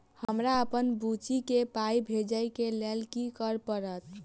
हमरा अप्पन बुची केँ पाई भेजइ केँ लेल की करऽ पड़त?